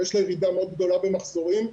ויש לה ירידה מאוד גדולה במחזורים.